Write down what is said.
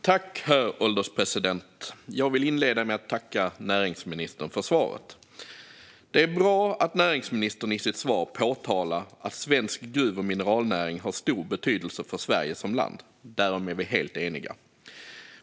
Herr ålderspresident! Jag vill inleda med att tacka näringsministern för svaret. Det är bra att näringsministern i sitt svar påpekar att svensk gruv och mineralnäring har stor betydelse för Sverige som land. Därom är vi helt eniga.